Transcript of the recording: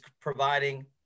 providing